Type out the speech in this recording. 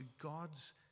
God's